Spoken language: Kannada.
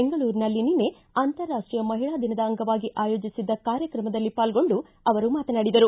ಬೆಂಗಳೂರಿನಲ್ಲಿ ನಿನ್ನೆ ಅಂತಾರಾಷ್ಷೀಯ ಮಹಿಳಾ ದಿನದ ಅಂಗವಾಗಿ ಆಯೋಜಿಸಿದ್ದ ಕಾರ್ಯಕ್ರಮದಲ್ಲಿ ಪಾಲ್ಗೊಂಡು ಅವರು ಮಾತನಾಡಿದರು